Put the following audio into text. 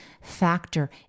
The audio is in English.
factor